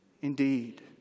indeed